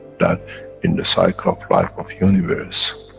that in the cycle of life of universe,